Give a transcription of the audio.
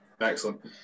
Excellent